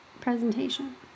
presentation